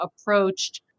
approached